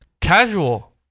Casual